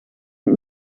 het